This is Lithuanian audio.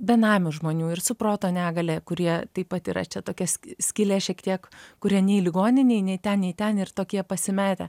benamių žmonių ir su proto negalia kurie taip pat yra čia tokia skylė šiek tiek kurie nei ligoninėj nei ten nei ten ir tokie pasimetę